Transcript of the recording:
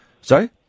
Sorry